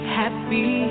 happy